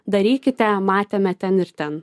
darykite matėme ten ir ten